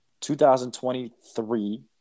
2023